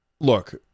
look